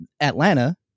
Atlanta